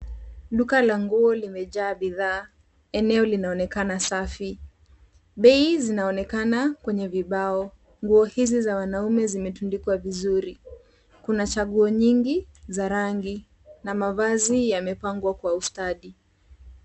Duka la nguo limejaa bidhaa, eneo linaonekana safi. Bei zinaonekana kwenye vibao. Nguo hizi za wanaume zimetundikwa vizuri. Kuna chaguo nyingi za rangi na mavazi yamepangwa kwa ustadi.